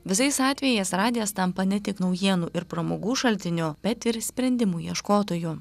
visais atvejais radijas tampa ne tik naujienų ir pramogų šaltiniu bet ir sprendimų ieškotoju